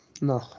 No